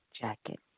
jacket